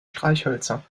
streichhölzer